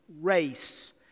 race